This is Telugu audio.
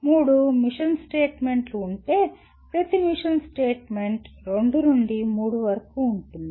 మూడు మిషన్ స్టేట్మెంట్లు ఉంటే ప్రతి మిషన్ స్టేట్మెంట్ రెండు నుండి మూడు వరకు ఉంటుంది